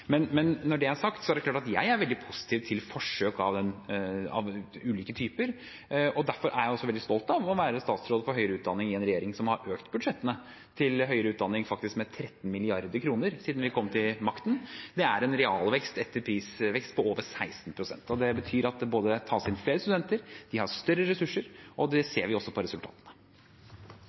Men når det er sagt, er det klart at jeg er veldig positiv til forsøk av ulike typer. Derfor er jeg også veldig stolt av å være statsråd for høyere utdanning i en regjering som har økt budsjettene til høyere utdanning med 13 mrd. kr siden vi kom til makten. Det er en realvekst, etter prisvekst, på over 16 pst. Det betyr at det både tas inn flere studenter, og at vi har større ressurser. Det ser vi også på resultatene.